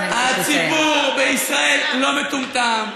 הציבור בישראל לא מטומטם,